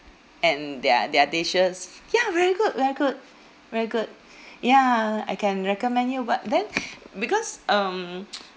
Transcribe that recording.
and their their dishes ya very good very good very good ya I can recommend you but then because um